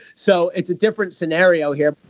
so it's a different scenario here.